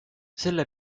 selle